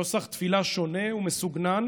נוסח תפילה שונה ומסוגנן